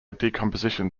decomposition